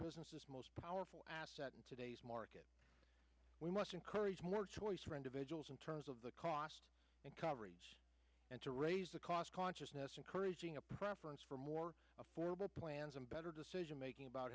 businesses most powerful asset in today's market we must encourage more choice for individuals in terms of the cost and coverage and to raise the cost consciousness encouraging a preference for more affordable plans and better decision making about